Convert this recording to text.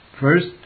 First